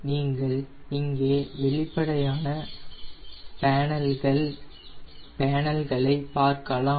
நீங்கள் இங்கே வெளிப்படையான பேனல்களை பார்க்கலாம்